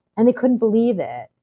and they couldn't believe it.